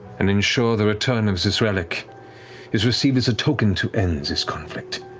and ensure the return of this relic is received as a token to end this conflict.